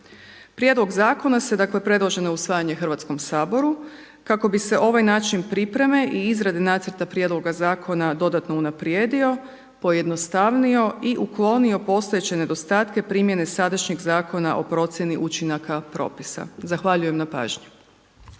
Prijedlog zakona se, dakle predloženo je usvajanje Hrvatskom saboru kako bi se ovaj način pripreme i izrade Nacrta prijedloga zakona dodatno unaprijedio, pojednostavnio i uklonio postojeće nedostatke primjene sadašnjeg Zakona o procjeni učinaka propisa. Zahvaljujem na pažnji.